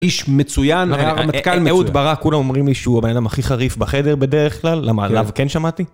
איש מצוין, היה רמטכ"ל מצוין. אהוד ברק, כולם אומרים לי שהוא הבן אדם הכי חריף בחדר בדרך כלל, למה עליו וכן שמעתי.